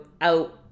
out